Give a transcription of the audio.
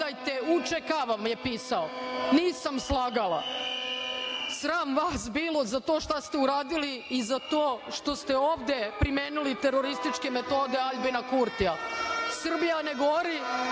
pisao, nisam slagala. Sram vas bilo za to šta ste uradili i za to što ste ovde primenili terorističke metode Aljbina Kurtija. Srbija ne gori,